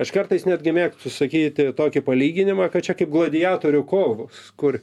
aš kartais netgi mėgstu sakyti tokį palyginimą kad čia kaip gladiatorių kovos kur